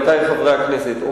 עמיתי חברי הכנסת,